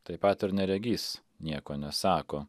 taip pat ir neregys nieko nesako